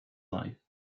life